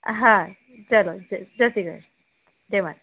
હા ચલો જે જેસી કૃષ્ણ જય માં